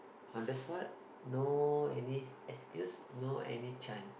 on the spot no any excuse no any chance